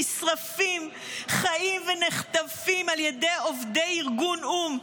נשרפים חיים ונחטפים על ידי עובדי ארגון או"ם,